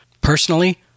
Personally